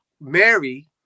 Mary